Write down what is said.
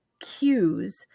cues